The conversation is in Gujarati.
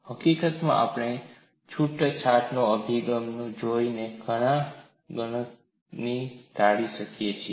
હકીકતમાં આપણે છૂટછાટનો અભિગમ જોઈને ઘણાં ગણિતને ટાળી શકીએ છીએ